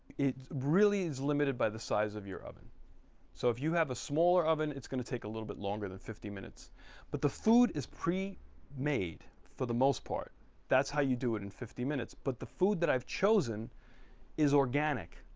it really is limited by the size of your oven so if you have a smaller oven it's gonna take a little bit longer than fifty minutes but the food is pre-made for the most part that's how you do it in fifty minutes. but the food that i've chosen is organic.